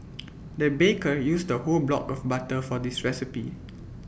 the baker used A whole block of butter for this recipe